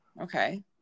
okay